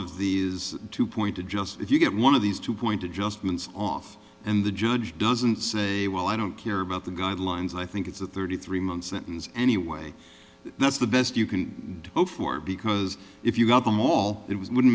of these to point to just if you get one of these two point adjustments off and the judge doesn't say well i don't care about the guidelines i think it's a thirty three month sentence anyway that's the best you can hope for because if you know it was wouldn't